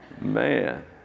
Man